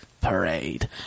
parade